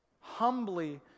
Humbly